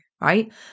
right